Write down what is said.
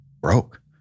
broke